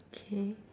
K